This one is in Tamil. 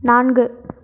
நான்கு